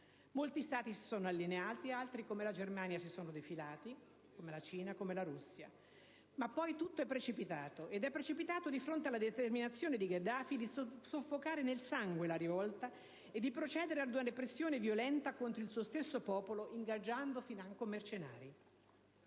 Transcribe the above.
Molti Stati si sono allineati, mentre altri, come la Germania, la Cina e la Russia, si sono defilati. Poi tutto è precipitato di fronte alla determinazione di Gheddafi di soffocare nel sangue la rivolta e di procedere ad una repressione violenta contro il suo stesso popolo, ingaggiando financo mercenari,